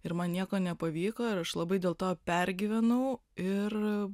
ir man nieko nepavyko ir aš labai dėl to pergyvenau ir